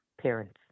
parents